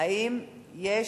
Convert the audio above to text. האם יש